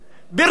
ברשות.